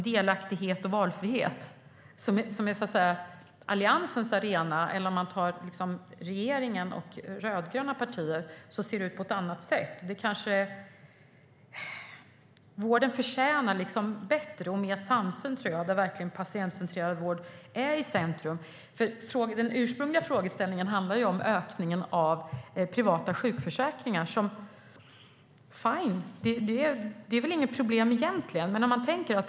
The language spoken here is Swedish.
Delaktighet och valfrihet, som är Alliansens arena, samt regeringens och de rödgröna partiernas arena ser ut på ett annat sätt. Vården förtjänar mer samsyn där patientcentrerad vård är i centrum. Den ursprungliga frågan handlar om ökningen av antalet privata sjukförsäkringar. Fine! Det är väl inget problem med dem egentligen.